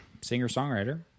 singer-songwriter